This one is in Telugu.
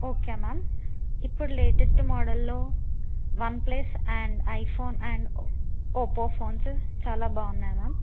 ఓకే మ్యామ్ ఇప్పుడు లేటెస్ట్ మోడల్లో OnePlus and iPhone and ఒ ఒప్పో ఫోన్స్ చాలా బాగున్నాయి మ్యామ్